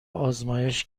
آزمایش